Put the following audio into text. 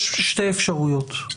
יש שתי אפשרויות,